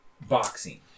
boxing